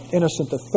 Innocent